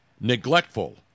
neglectful